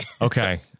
Okay